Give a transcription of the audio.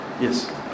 yes